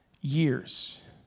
years